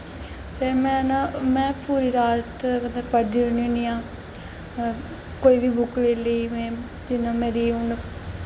फिर में पूरी रात मतलब कि पढ़दी रौह्नी होन्नी आं कोई बी बुक्क लेई लेई जि'यां मेरी हून